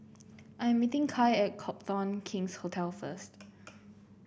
I am meeting Kai at Copthorne King's Hotel first